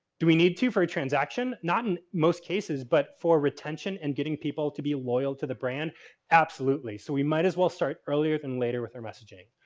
do we need to for a transaction? not in most cases, but for retention and getting people to be loyal to the brand absolutely. so, we might as well start earlier than later with our messaging,